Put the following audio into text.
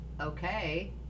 okay